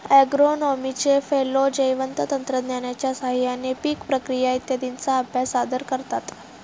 ॲग्रोनॉमीचे फेलो जैवतंत्रज्ञानाच्या साहाय्याने पीक प्रक्रिया इत्यादींचा अभ्यास सादर करतात